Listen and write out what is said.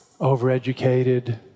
overeducated